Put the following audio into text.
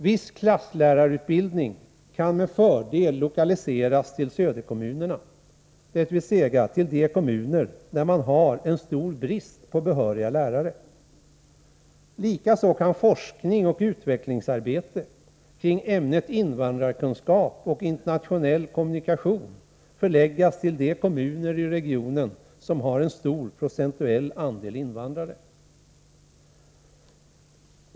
Viss klasslärarutbildning kan med fördel lokaliseras till söderkommunerna, dvs. till de kommuner där man har en stor brist på behöriga lärare. Likaså kan forskning och utvecklingsarbete kring ämnet invandrarkunskap och internationell kommunikation förläggas till de kommuner i regionen som har en stor procentuell andel invandrare.